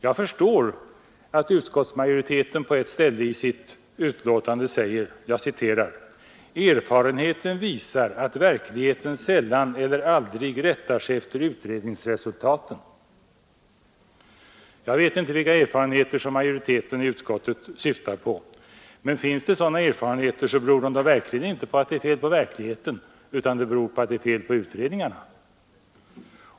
Jag förstår att majoriteten på ett ställe i betänkandet säger: ”Erfarenheten visar att verkligheten sällan eller aldrig rättar sig efter utredningsresultaten.” Jag vet inte vilka erfarenheter majoriteten i utskottet syftar på, men finns det sådana erfarenheter beror de inte på att det är fel på verkligheten utan på att det är fel på utredningarna.